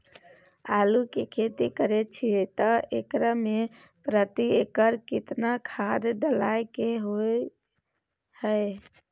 आलू के खेती करे छिये त एकरा मे प्रति एकर केतना खाद डालय के होय हय?